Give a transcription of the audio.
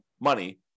money